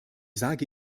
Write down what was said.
sage